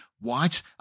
white